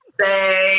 say